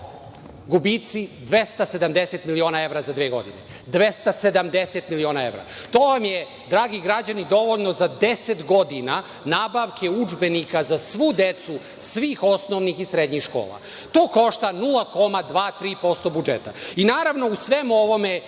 gubici 270 miliona evra za dve godine. To vam je, dragi građani, dovoljno za 10 godina nabavke udžbenika za svu decu svih osnovnih i srednjih škola. To košta 0,2-0,3 posto budžeta. Naravno, u svemu ovome